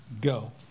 go